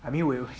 I mean will